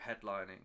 headlining